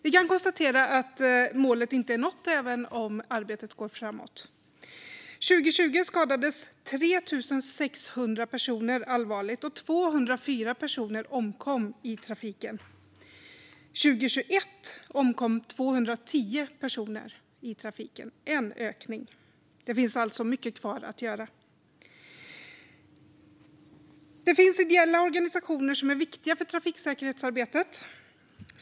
Vi kan konstatera att målet inte är nått även om arbetet går framåt. År 2020 skadades 3 600 personer allvarligt och 204 personer omkom i trafiken. År 2021 omkom 210 personer i trafiken - en ökning. Det finns alltså mycket kvar att göra. Det finns ideella organisationer som är viktiga för trafiksäkerhetsarbetet.